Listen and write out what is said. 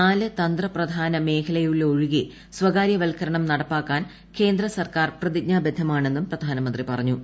നാല് തന്ത്രപ്രധാന മേഖലയിലൊഴികെ സ്വകാര്യവത്കരണം നടപ്പാക്കാൻ കേന്ദ്ര സർക്കാർ പ്രതിജ്ഞാബദ്ധമാണെന്നും പ്രധാനമന്ത്രി പറഞ്ഞു